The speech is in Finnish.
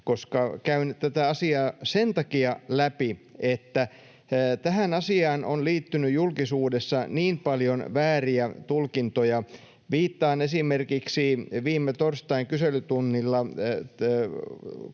Käyn tätä asiaa sen takia läpi, että tähän asiaan on liittynyt julkisuudessa niin paljon vääriä tulkintoja. Viittaan esimerkiksi siihen, että viime torstain kyselytunnilla